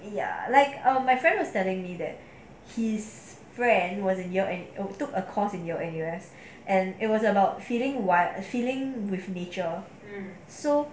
ya like um my friend was telling me that his friend was in yale and took a course in yale N_U_S and it was about feeling while feeling with nature so